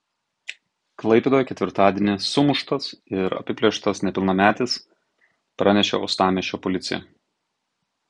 klaipėdoje ketvirtadienį sumuštas ir apiplėštas nepilnametis pranešė uostamiesčio policija